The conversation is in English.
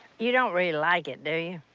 you don't really like it, do you?